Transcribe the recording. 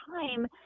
time